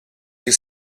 you